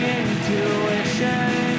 intuition